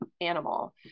animal